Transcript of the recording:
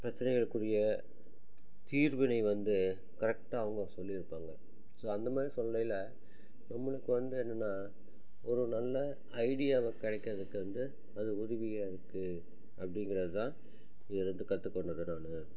பிரச்சனைகளுக்குரிய தீர்வினை வந்து கரெக்டாக அவங்க சொல்லியிருப்பாங்க ஸோ அந்த மாதிரி சொல்லையில் நம்மளுக்கு வந்து என்னென்ன ஒரு நல்ல ஐடியா கிடைக்கிறதுக்கு வந்து அது உதவியாக இருக்குது அப்படிங்கிறது தான் இதுலேருந்து கற்றுக் கொண்டது நானு